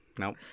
Nope